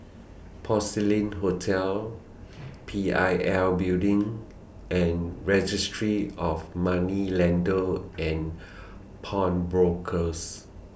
Porcelain Hotel P I L Building and Registry of Moneylenders and Pawnbrokers